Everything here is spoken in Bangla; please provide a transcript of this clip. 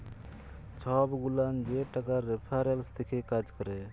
ছব গুলান যে টাকার রেফারেলস দ্যাখে কাজ ক্যরে